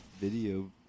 Video